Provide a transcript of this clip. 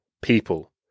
people